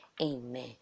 Amen